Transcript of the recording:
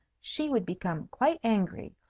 she would become quite angry,